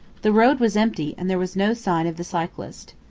the road was empty, and there was no sign of the cyclist.